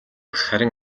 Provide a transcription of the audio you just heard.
харин